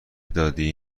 دادی